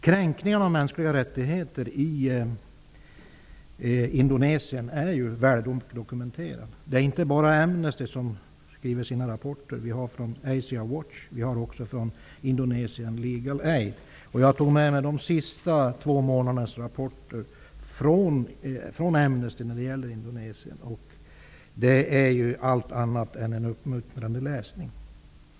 Kränkningen av mänskliga rättigheter i Indonesien är väl dokumenterad. Det är inte bara Amnesty som skriver rapporter, utan också Asia Watch och Indonesia Legal Aid. Jag tog med mig de två senaste månadernas rapporter från Amnesty om Indonesien, och det är allt annat än uppmuntrande läsning.